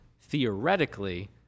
theoretically